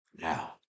Now